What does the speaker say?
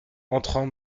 entrant